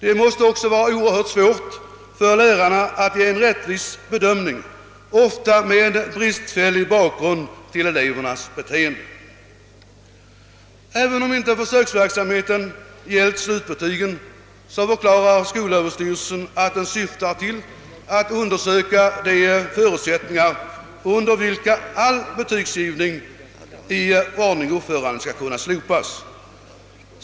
Det måste också vara oerhört svårt för lärarna att ge en rättvis bedömning med en ofta bristfällig bakgrund beträffande elevernas beteende. Även om försöksverksamheten inte gällt slutbetygen förklarar skolöverstyrelsen att den syftar till att undersöka de förutsättningar under vilka all betygsgivning i ordning och uppförande skall kunna slopas.